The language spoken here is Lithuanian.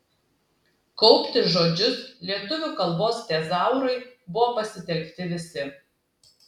kaupti žodžius lietuvių kalbos tezaurui buvo pasitelkti visi